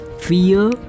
fear